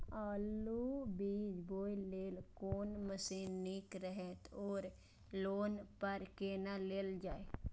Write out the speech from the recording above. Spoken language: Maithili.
आलु बीज बोय लेल कोन मशीन निक रहैत ओर लोन पर केना लेल जाय?